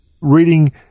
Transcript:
reading